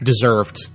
deserved